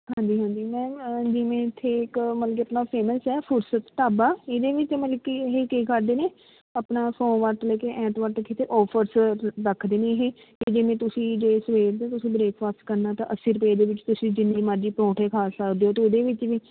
ਹਾਂਜੀ ਹਾਂਜੀ ਮੈਮ ਜਿਵੇਂ ਇੱਥੇ ਇੱਕ ਮਤਲਬ ਕਿ ਆਪਣਾ ਫੇਮਸ ਹੈ ਫੁਰਸਤ ਢਾਬਾ ਇਹਦੇ ਵਿੱਚ ਮਤਲਬ ਕਿ ਇਹ ਕੀ ਕਰਦੇ ਨੇ ਆਪਣਾ ਸੋਮਵਾਰ ਤੋਂ ਲੈ ਕੇ ਐਤਵਾਰ ਤੱਕ ਇੱਥੇ ਔਫਰਸ ਰੱਖਦੇ ਨੇ ਇਹ ਕਿ ਜਿਵੇਂ ਤੁਸੀਂ ਜੇ ਸਵੇਰ ਦੇ ਤੁਸੀਂ ਬ੍ਰੇਕਫਾਸਟ ਕਰਨਾ ਤਾਂ ਅੱਸੀ ਰੁਪਏ ਦੇ ਵਿੱਚ ਤੁਸੀਂ ਜਿੰਨੀ ਮਰਜ਼ੀ ਪਰੌਂਠੇ ਖਾ ਸਕਦੇ ਹੋ ਅਤੇ ਉਹਦੇ ਵਿੱਚ ਵੀ